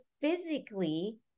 physically